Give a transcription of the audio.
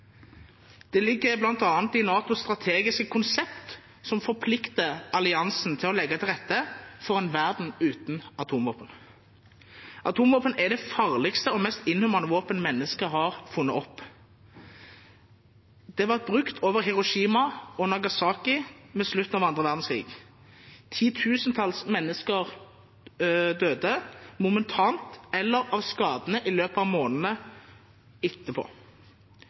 Det ligger bl.a. i NATOs strategiske konsept, som forplikter alliansen til å legge til rette for en verden uten atomvåpen. Atomvåpen er det farligste og mest inhumane våpen som mennesket har funnet opp. Det ble brukt over Hiroshima og Nagasaki ved slutten av annen verdenskrig. Titusentalls mennesker døde momentant eller av skadene i løpet av månedene etterpå.